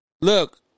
Look